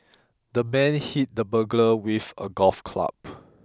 the man hit the burglar with a golf club